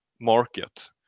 market